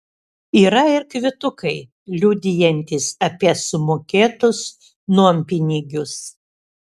yra ir kvitukai liudijantys apie sumokėtus nuompinigius